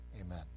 Amen